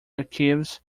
archives